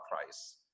price